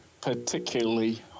particularly